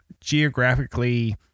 geographically